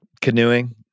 Canoeing